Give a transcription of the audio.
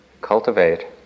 cultivate